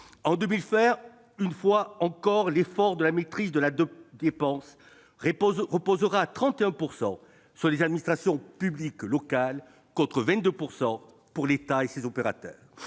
En 2020, une fois encore, l'effort de maîtrise de la dépense publique reposera surtout sur les administrations publiques locales- à 31 %, contre 22 % pour l'État et ses opérateurs.